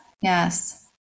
Yes